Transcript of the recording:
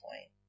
point